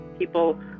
people